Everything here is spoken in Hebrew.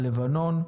על לבנון.